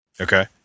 Okay